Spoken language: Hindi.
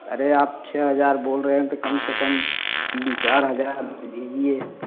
अरे आप छः हज़ार बोल रहे हैं तो कम से कम तीन चार दीजिए